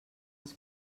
els